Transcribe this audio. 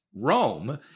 Rome